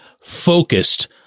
focused